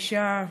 אישה מדהימה.